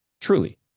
Truly